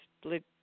split